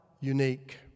unique